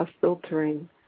filtering